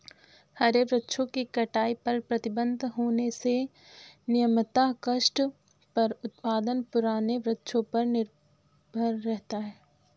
हरे वृक्षों की कटाई पर प्रतिबन्ध होने से नियमतः काष्ठ का उत्पादन पुराने वृक्षों पर निर्भर करता है